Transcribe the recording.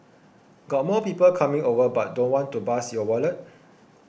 got more people coming over but don't want to bust your wallet